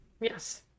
Yes